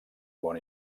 món